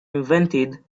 invented